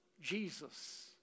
Jesus